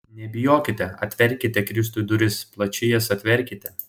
nebijokite atverkite kristui duris plačiai jas atverkite